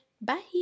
Bye